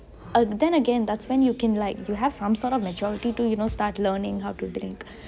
then again that's when you can like you have some sort of maturity to you know start learning how to drink